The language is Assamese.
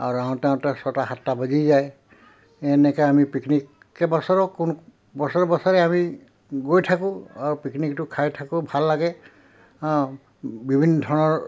আৰু আহোঁতে আহোঁতে ছয়টা সাতটা বাজি যায় এনেকৈ আমি পিকনিক কেইবছৰো কো বছৰে বছৰে আমি গৈ থাকোঁ আৰু পিকনিকটো খাই থাকোঁ ভাল লাগে হাঁ বিভিন্ন ধৰণৰ